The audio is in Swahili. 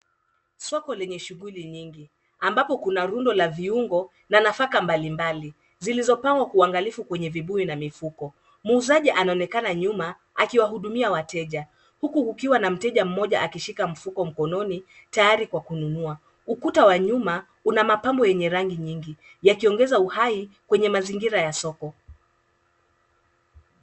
Soko lenye shughuli nyingi ambapo kuna rundo la viungo na nafaka mbalimbali zilzopangwa kwa uangilifu kwa vibuyu na mifuko. Muuzaji anaonekana nyuma aki wa hudumia wateja huku kukiwa na mteja mmoja akishika mfuko mkononi tayari kwa kununua. Ukuta wa nyuma una mapambo wa rangi nyingi yaki ongeza uhai kwa mazingira ya soko.